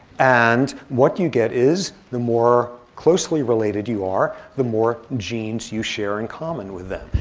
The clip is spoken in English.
and what you get is, the more closely related you are, the more genes you share in common with them.